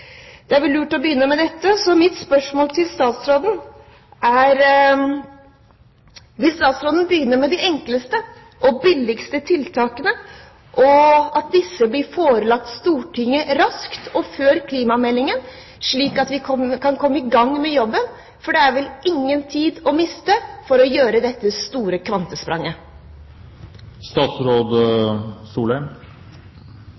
Det er vel lurt å begynne med dette, så mitt spørsmål til statsråden er: Vil statsråden begynne med de enkleste og billigste tiltakene, og vil disse bli forelagt Stortinget raskt og før klimameldingen, slik at vi kan komme i gang med jobben? For det er vel ingen tid å miste for å gjøre dette store